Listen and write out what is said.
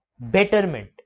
betterment